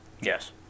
yes